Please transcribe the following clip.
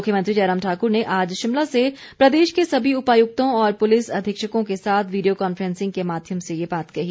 मुख्यमंत्री जयराम ठाक्र ने आज शिमला से प्रदेश के सभी उपायुक्तों और पुलिस अधीक्षकों के साथ वीडियो कॉन्फ्रेंसिंग के माध्यम से ये बात कही